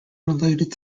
related